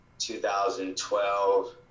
2012